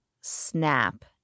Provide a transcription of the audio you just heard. snap